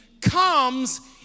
comes